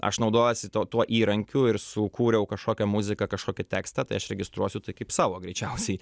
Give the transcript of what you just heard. aš naudojuosi tuo tuo įrankiu ir sukūriau kažkokią muziką kažkokį tekstą tai aš registruosiu tai kaip savo greičiausiai